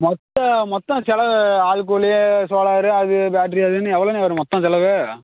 மொத்த மொத்தம் செலவு ஆள் கூலி சோலாரு அது பேட்ரி அதுன்னு எவ்வளோண்ணே வரும் மொத்த செலவு